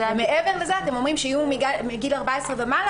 ומעבר לזה אתם אומרים שלקטין מגיל 14 ומעלה